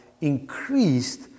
increased